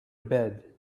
bed